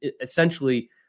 essentially